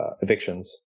evictions